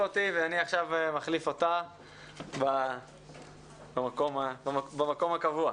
אותי ואני עכשיו מחליף אותה במקום הקבוע.